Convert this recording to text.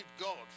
god